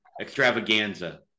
extravaganza